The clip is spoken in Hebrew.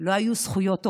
לא היו זכויות הוריות.